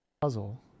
puzzle